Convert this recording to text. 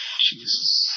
Jesus